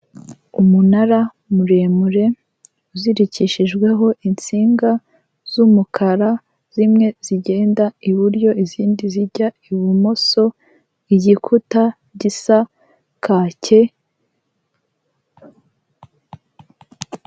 Umunara muremure, uzirikishijweho insinga z'umukara zimwe zigenda iburyo izindi zijya ibumoso, igikuta gisa kacye...